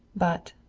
but,